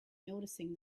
noticing